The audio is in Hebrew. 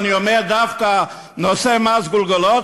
אני אומר דווקא מס גולגולות,